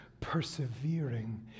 persevering